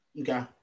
Okay